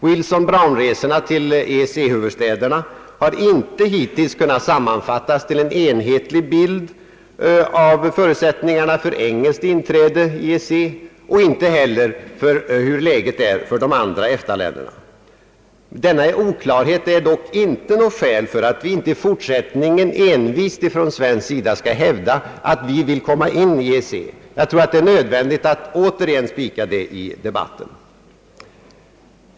Wilson-Brownresorna till EEC huvudstäderna har inte hittills kunnat sammanfattas till en enhetlig bild av förutsättningarna för engelskt inträde i EEC, och inte heller av läget för de andra EFTA-länderna. Denna oklarhet är dock icke något skäl för att vi inte i fortsättningen från svensk sida envist skall hävda att vi vill komma in i EEC. Jag tror att det är nödvändigt att återigen slå fast detta i debatten.